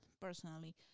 personally